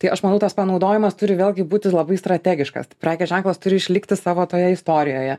tai aš manau tas panaudojimas turi vėlgi būti labai strategiškas prekės ženklas turi išlikti savo toje istorijoje